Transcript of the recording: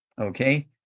Okay